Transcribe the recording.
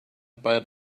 but